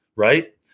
right